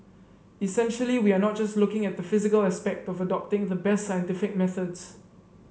essentially we are not just looking at the physical aspect of adopting the best scientific methods